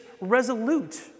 resolute